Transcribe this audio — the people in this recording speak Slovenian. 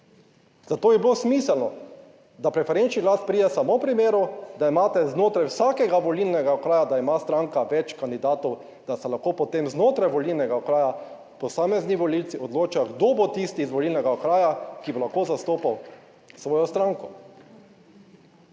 Zato bi bilo smiselno, da preferenčni glas pride samo v primeru, da imate znotraj vsakega volilnega okraja, da ima stranka več kandidatov, da se lahko potem znotraj volilnega okraja posamezni volivci odločajo, kdo bo tisti iz volilnega okraja, ki bo lahko zastopal svojo stranko.